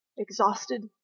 exhausted